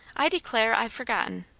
i declare i've forgotten.